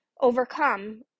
overcome